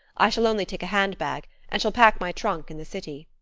i shall only take a hand-bag, and shall pack my trunk in the city.